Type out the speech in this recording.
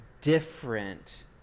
different